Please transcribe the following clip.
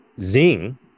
zing